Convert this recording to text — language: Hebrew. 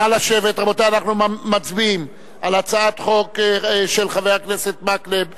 אנחנו מצביעים על הצעת חוק של חבר הכנסת מקלב ואחרים,